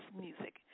music